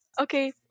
Okay